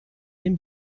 dem